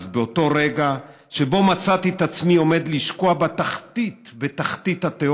אז באותו רגע שבו מצאתי את עצמי עומד לשקוע בתחתית התהום,